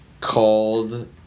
Called